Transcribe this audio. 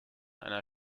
einer